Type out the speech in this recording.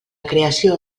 creació